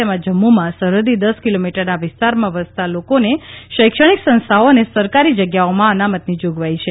તેમાં જમ્મુમાં સરહદી દસ કીલોમીટરના વિસ્તારમાં વસતા લોકોને શૈક્ષણિક સંસ્થાઓ અને સરકારી જગ્યાઓમાં અનામતની જોગવાઇ છે